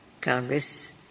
Congress